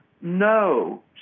no